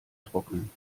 trocknen